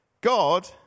God